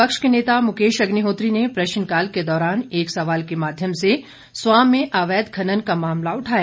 विपक्ष के नेता मुकेश अग्निहोत्री ने प्रश्नकाल के दौरान एक सवाल के माध्यम से स्वां में अवैध खनन का मामला उठाया